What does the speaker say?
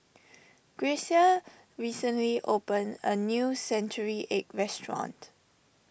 Grecia recently opened a new Century Egg restaurant